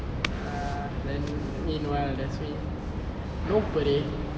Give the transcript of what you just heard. then meanwhile that means no parade